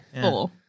Four